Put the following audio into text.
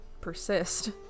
persist